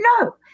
No